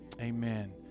amen